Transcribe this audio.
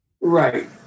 Right